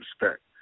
respect